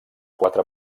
quatre